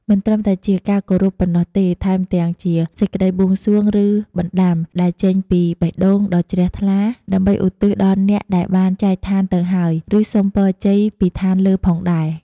មិនត្រឹមតែជាការគោរពប៉ុណ្ណោះទេ ថែមទាំងជា សេចក្ដីបួងសួង ឬបណ្ដាំ ដែលចេញពីបេះដូងដ៏ជ្រះថ្លា ដើម្បីឧទ្ទិសដល់អ្នកដែលបានចែកឋានទៅហើយ ឬសុំពរជ័យពីឋានលើផងដែរ។